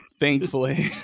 Thankfully